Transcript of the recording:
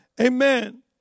amen